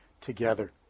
together